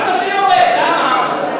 תודה למציע.